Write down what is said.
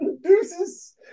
deuces